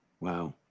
Wow